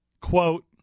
Quote